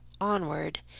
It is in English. onward